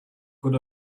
good